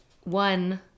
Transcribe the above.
one